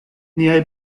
niaj